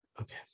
okay